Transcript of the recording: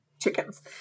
chickens